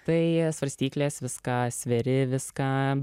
tai svarstyklės viską sveri viską